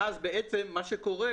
אז מה שקורה